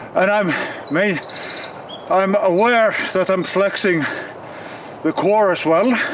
and i'm i mean i'm aware that i'm flexing the core as well.